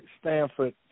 Stanford